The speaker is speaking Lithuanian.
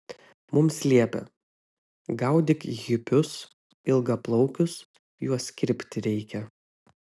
mums liepia gaudyk hipius ilgaplaukius juos kirpti reikia